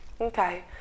Okay